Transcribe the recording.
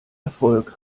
erfolg